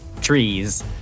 trees